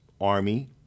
Army